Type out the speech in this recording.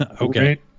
Okay